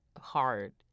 hard